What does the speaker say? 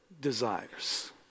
desires